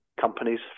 companies